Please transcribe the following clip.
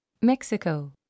Mexico